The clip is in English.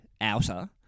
outer